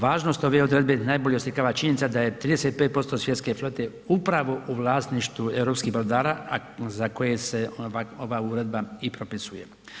Važnost ove odredbe najbolje oslikava činjenica da je 35% svjetske flote upravo u vlasništvu europskih brodara, a za koje se ova uredba i propisuje.